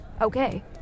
Okay